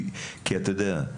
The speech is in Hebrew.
כי אתה יודע,